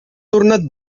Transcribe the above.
tornat